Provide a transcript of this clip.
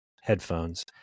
headphones